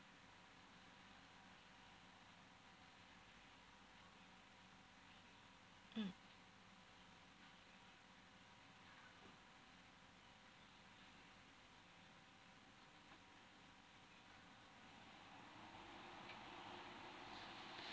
um